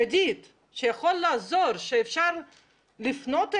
ידידים שיכולים לעזור, שאפשר לפנות אליהם,